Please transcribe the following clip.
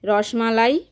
rasmalai